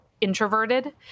introverted